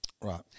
Right